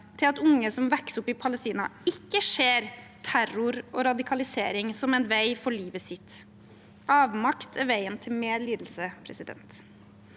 til at unge som vokser opp i Palestina, ikke ser terror og radikalisering som en vei for livet sitt. Avmakt er veien til mer lidelse. Det